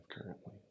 currently